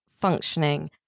functioning